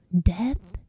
death